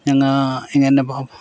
ഞങ്ങൾ ഇങ്ങനെ